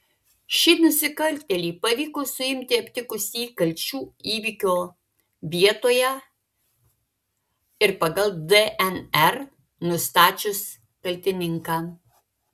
šį nusikaltėlį pavyko suimti aptikus įkalčių įvykio vietoje ir pagal dnr nustačius kaltininką